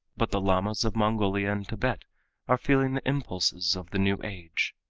but the lamas of mongolia and tibet are feeling the impulses of the new age.